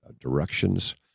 directions